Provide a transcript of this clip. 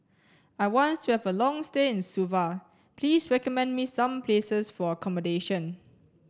I want to have a long stay in Suva Please recommend me some places for accommodation